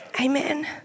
amen